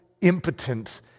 impotent